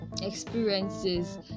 experiences